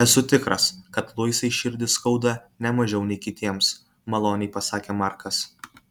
esu tikras kad luisai širdį skauda ne mažiau nei kitiems maloniai pasakė markas